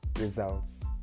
results